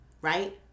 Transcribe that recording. right